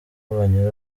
banyura